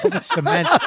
cement